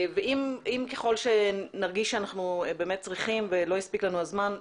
אם ככל שנרגיש שאנחנו באמת צריכים ולא הספיק לנו הזמן,